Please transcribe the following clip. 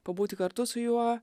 pabūti kartu su juo